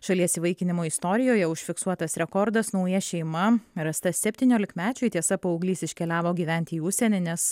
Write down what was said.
šalies įvaikinimo istorijoje užfiksuotas rekordas nauja šeima rasta septyniolikmečiui tiesa paauglys iškeliavo gyventi į užsienį nes